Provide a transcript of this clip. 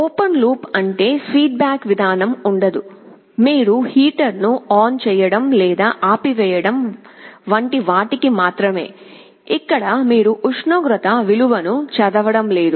open loop అంటే feedback విధానం ఉండదు మీరు హీటర్ను ఆన్ చేయడం లేదా ఆపివేయడం వంటివాటికీ మాత్రమే ఇక్కడ మీరు ఉష్ణోగ్రత విలువను చదవడం లేదు